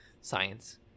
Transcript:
science